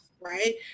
right